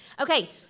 Okay